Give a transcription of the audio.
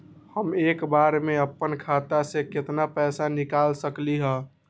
हम एक बार में अपना खाता से केतना पैसा निकाल सकली ह?